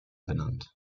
benannt